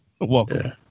Welcome